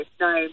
no